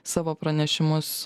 savo pranešimus